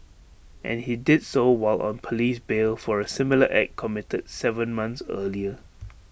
and he did so while on Police bail for A similar act committed Seven months earlier